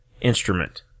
instrument